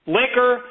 liquor